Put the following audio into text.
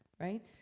right